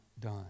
done